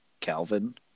Calvin